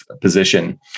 position